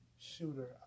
shooter